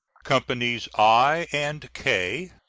companies i and k,